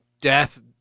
death